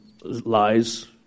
lies